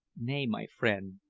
nay, my friend,